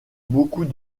beaucoup